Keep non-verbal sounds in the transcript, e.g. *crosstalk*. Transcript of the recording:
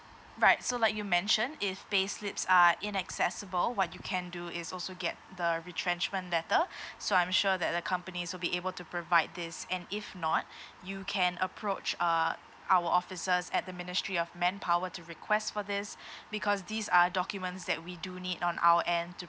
right so like you mention if payslips are inaccessible what you can do is also get the retrenchment letter *breath* so I'm sure that the companies will be able to provide this and if not you can approach uh our officers at the ministry of manpower to request for this because these are documents that we do need on our end to